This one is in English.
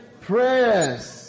prayers